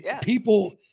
people